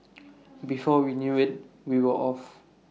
before we knew IT we were off